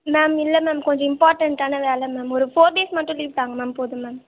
ma'am இல்லை ma'am கொஞ்சம் இம்பார்டன்ட்டான வேலை மேம் ஒரு ஃபோர் டேஸ் மட்டும் லீவ் தாங்கள் மேம் போதும் மேம்